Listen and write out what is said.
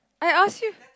I asked you